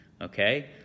okay